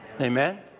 Amen